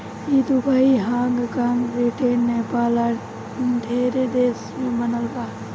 ई Dubai, Hong कॉग, Britain, Nepal आ ढेरे देश में बनल बा